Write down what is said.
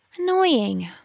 Annoying